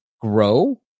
grow